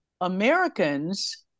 Americans